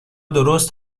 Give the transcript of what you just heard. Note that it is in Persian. درست